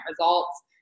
results